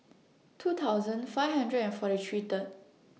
two thousand five hundred and forty three The